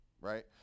right